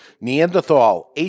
Neanderthal